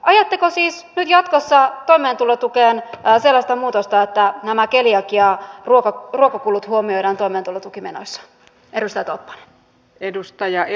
ajatteko siis nyt jatkossa toimeentulotukeen sellaista muutosta että nämä keliakian ruokakulut huomioidaan toimeentulotukimenoissa edustaja tolppanen